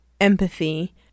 empathy